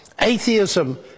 atheism